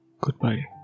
goodbye